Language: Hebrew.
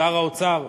שר האוצר,